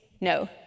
No